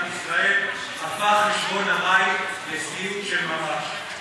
ישראל הפך חשבון המים לסיוט של ממש.